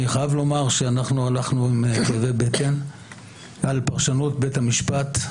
אני חייב לומר שאנחנו הלכנו עם כאבי בטן על פרשנות בית המשפט.